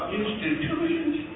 institutions